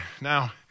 Now